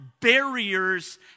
barriers